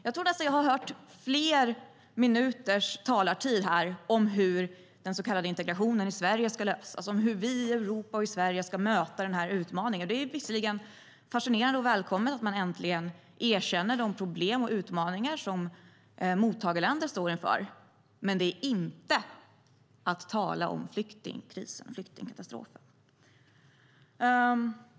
Jag tror nästan att jag har hört fler minuter av talartiden om hur den så kallade integrationen i Sveriges ska lösas, om hur vi i Europa och i Sverige ska möta utmaningen. Det är visserligen fascinerande och välkommet att man äntligen erkänner de problem och utmaningar som mottagarländer står inför, men det är inte att tala om flyktingkrisen och flyktingkatastrofen.